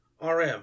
RM